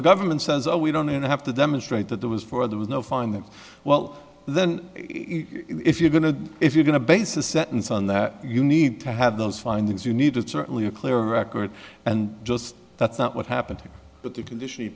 the government says oh we don't have to demonstrate that there was for there was no find that well then if you're going to if you're going to base a sentence on that you need to have those findings you need is certainly a clear record and just that's not what happened but the condition